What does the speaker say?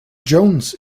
jones